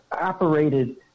operated